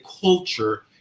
culture